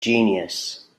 genius